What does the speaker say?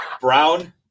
Brown